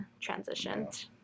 transitioned